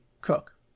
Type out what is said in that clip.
cook